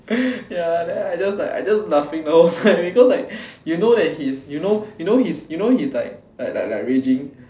ya then I just like I just laughing the whole time because like you know that he's you know you know he's you know he's like like like raging